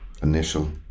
Initial